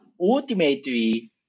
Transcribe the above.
ultimately